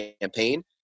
campaign